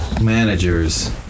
managers